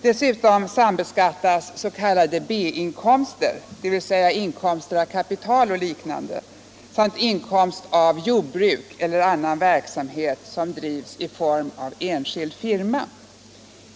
Dessutom sambeskattas s.k. B-inkomster, dvs. inkomster av kapital och liknande, samt inkomst av jordbruk eller annan verksamhet som drivs i form av enskild firma.